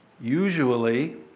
usually